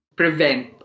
prevent